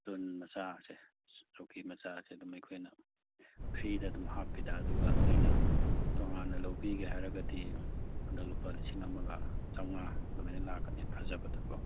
ꯇꯨꯟ ꯃꯆꯥꯁꯦ ꯆꯧꯀꯤ ꯃꯆꯥꯁꯦ ꯑꯗꯨꯝ ꯑꯩꯈꯣꯏꯅ ꯐ꯭ꯔꯤꯗ ꯑꯗꯨꯝ ꯍꯥꯞꯄꯤꯗ ꯑꯗꯨꯒ ꯅꯣꯏꯅ ꯇꯣꯉꯥꯟꯅ ꯂꯧꯕꯤꯒꯦ ꯍꯥꯏꯔꯒꯗꯤ ꯍꯟꯗꯛ ꯂꯨꯄꯥ ꯂꯤꯁꯤꯡ ꯑꯃꯒ ꯆꯥꯝꯃꯉꯥ ꯑꯗꯨꯃꯥꯏꯅ ꯂꯥꯛꯀꯅꯤ ꯐꯖꯕꯗꯀꯣ